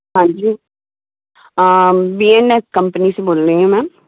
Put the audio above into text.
हाँ जी वेरना कंपनी से बोल रही हैं मेम